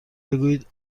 بگویید